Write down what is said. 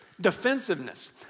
defensiveness